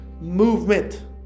movement